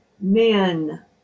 men